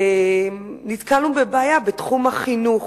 נתקלנו בבעיה בתחום החינוך.